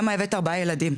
למה הבאת ארבעה ילדים?